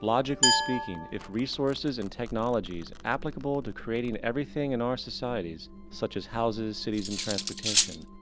logically speaking, if resources and technologies, applicable to creating everything in our societies such as houses, cities and transportation,